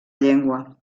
llengua